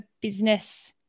business